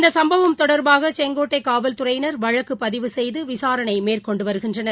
இந்த சம்பவம் தொடர்பாக செஙகோட்டை காவல்துறையினர் வழக்கு பதிவு செய்து விசாரணை மேற்கொண்டு வருகின்றனர்